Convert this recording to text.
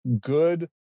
good